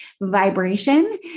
vibration